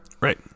Right